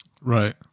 Right